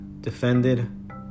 defended